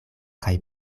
kaj